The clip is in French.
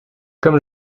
comme